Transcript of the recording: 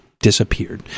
disappeared